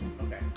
Okay